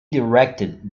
directed